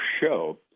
show